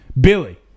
Billy